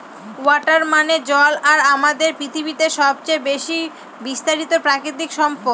water মানে জল আর আমাদের পৃথিবীতে সবচেয়ে বেশি বিস্তারিত প্রাকৃতিক সম্পদ